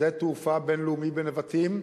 שדה-תעופה בין-לאומי בנבטים,